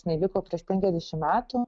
jinai vyko prieš penkiasdešim metų